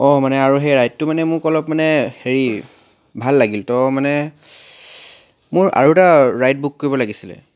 অঁ মানে সেই আৰু ৰাইডটো মানে মোক অলপ মানে হেৰি ভাল লাগিল তো মানে মোৰ আৰু এটা ৰাইড বুক কৰিব লাগিছিলে